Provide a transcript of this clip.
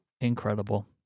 Incredible